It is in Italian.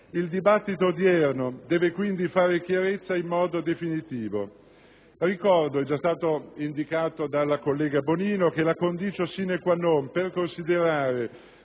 Il dibattito odierno deve quindi fare chiarezza in modo definitivo. Ricordo - è già stato indicato dalla collega Bonino - che la *condicio* *sine qua non* per considerare